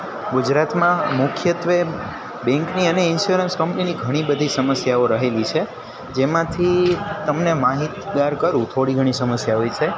ગુજરાતમાં મુખ્યત્વે બેન્કની અને ઈન્સ્યોરન્સ કંપનીની ઘણી સમસ્યાઓ રહેલી છે જેમાંથી તમને માહિતગાર કરું થોળી ઘણી સમસ્યાઓ વીશે